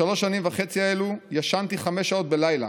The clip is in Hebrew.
בשלוש שנים וחצי האלו ישנתי חמש שעות בלילה